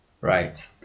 Right